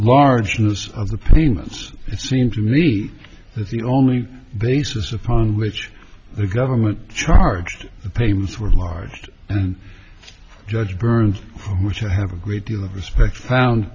largeness of the payments it seems to me that the only basis upon which the government charged the payments were large and judge burns which i have a great deal of respect found